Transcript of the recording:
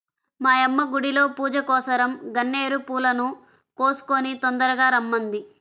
మా యమ్మ గుడిలో పూజకోసరం గన్నేరు పూలను కోసుకొని తొందరగా రమ్మంది